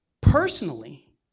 personally